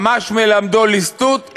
ממש מלמדו ליסטות?